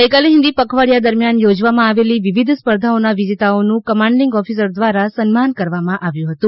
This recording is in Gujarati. ગઇકાલે હિન્દી પખવાડિયા દરમિયાન યોજવામાં આવેલી વિવિધ સ્પર્ધાઓના વિજેતાઓનું કમાન્ડિંગ ઓફિસર દ્વારા સન્માન કરવામાં આવ્યું હતું